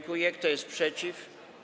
Kto jest przeciw?